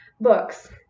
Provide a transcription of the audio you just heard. books